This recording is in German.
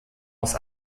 aus